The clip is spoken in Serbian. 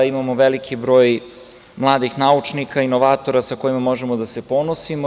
Imamo veliki broj mladih naučnika, inovatora sa kojima možemo da se ponosimo.